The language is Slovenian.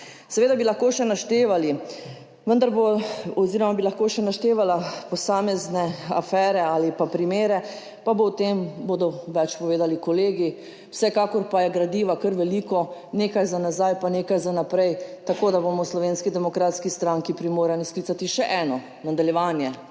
Seveda bi lahko še naštevali, vendar bo oz. bi lahko še naštevala posamezne afere ali pa primere pa bo, o tem bodo več povedali kolegi, vsekakor pa je gradiva kar veliko, nekaj za nazaj pa nekaj za naprej, tako da bomo v Slovenski demokratski stranki primorani sklicati še eno, nadaljevanje